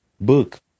book